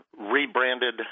rebranded